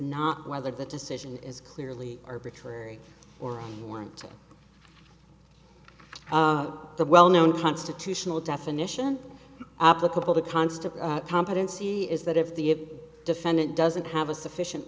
not whether the decision is clearly arbitrary or a new one the well known constitutional definition applicable to const of competency is that if the defendant doesn't have a sufficient